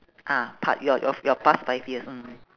ah part your of your past five years mm